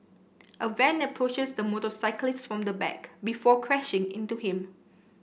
a van approaches the motorcyclist from the back before crashing into him